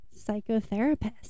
psychotherapist